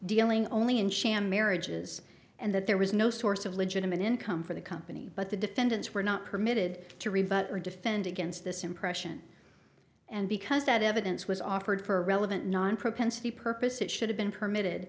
dealing only in sham marriages and that there was no source of legitimate income for the company but the defendants were not permitted to rebut or defend against this impression and because that evidence was offered for a relevant non propensity purpose it should have been permitted